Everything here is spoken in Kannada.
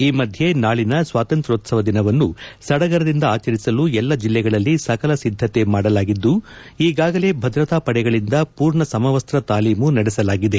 ಈ ಮಧ್ಯೆ ನಾಳಿನ ಸ್ಲಾತಂತ್ರೋತ್ಸವ ದಿನವನ್ನು ಸಡಗರದಿಂದ ಆಚರಿಸಲು ಎಲ್ಲ ಜಿಲ್ಲೆಗಳಲ್ಲಿ ಸಕಲ ಸಿದ್ದತೆ ಮಾಡಲಾಗಿದ್ದು ಈಗಾಗಲೇ ಭದ್ರತಾಪಡೆಗಳಿಂದ ಪೂರ್ಣ ಸಮವಸ್ತ್ರ ತಾಲೀಮು ನಡೆಸಲಾಗಿದೆ